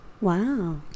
Wow